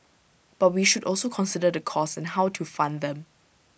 but we should also consider the costs and how to fund them